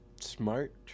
smart